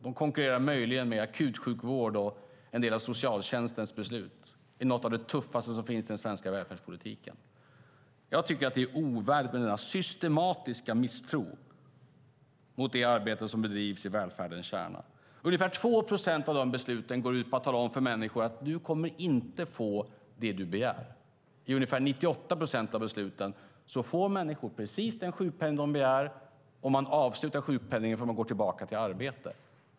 De konkurrerar möjligen med akutsjukvård och en del av socialtjänsten. Det är något av det tuffaste som finns i den svenska välfärdspolitiken. Jag tycker att det är ovärdigt med denna systematiska misstro mot det arbete som bedrivs i välfärdens kärna. Ungefär 2 procent av de besluten går ut på att tala om för människor att de inte kommer att få det som de begär. I ungefär 98 procent av besluten får människor precis den sjukpenning de begär, och de avslutar sjukpenningen för att de går tillbaka till arbete.